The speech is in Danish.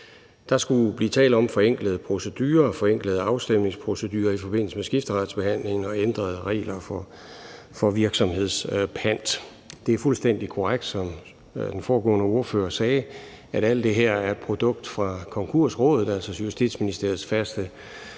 Der skulle blive tale om forenklede procedurer, forenklede afstemningsprocedurer i forbindelse med skifteretsbehandlingen og ændrede regler for virksomhedspant. Det er fuldstændig korrekt, som den foregående ordfører sagde, at alt det her er et produkt fra Konkursrådet, altså Justitsministeriets faste